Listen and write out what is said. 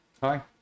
hi